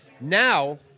Now